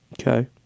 Okay